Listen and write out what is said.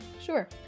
Sure